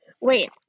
wait